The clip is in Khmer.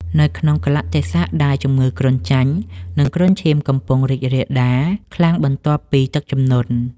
នៅក្នុងកាលៈទេសៈដែលជំងឺគ្រុនចាញ់ និងគ្រុនឈាមកំពុងរីករាលដាលខ្លាំងបន្ទាប់ពីទឹកជំនន់។